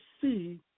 see